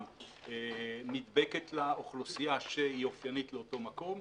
נדבקת לאוכלוסייה שאופיינית לאותו מקום,